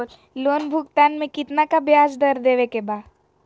Loan भुगतान में कितना का ब्याज दर देवें के बा?